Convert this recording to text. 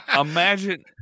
imagine